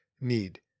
need